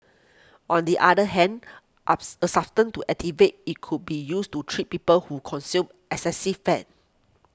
on the other hand ups a substance to activate it could be used to treat people who consume excessive fat